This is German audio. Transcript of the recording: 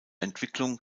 entwicklung